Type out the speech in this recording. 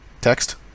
text